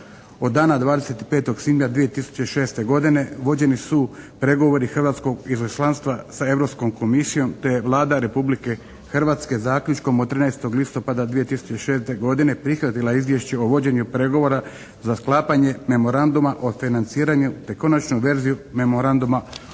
Od dana 25. svibnja 2006. godine vođeni su pregovori hrvatskog izaslanstva sa Europskom Komisijom te je Vlada Republike Hrvatske zaključkom od 13. listopada 2006. godine prihvatila izvješće o vođenju pregovora za sklapanje memoranduma o financiranju te konačnu verziju memoranduma